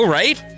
right